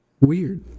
weird